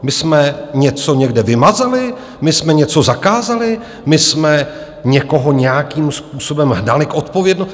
My jsme něco někde vymazali, my jsme něco zakázali, my jsme někoho nějakým způsobem hnali k odpovědnosti?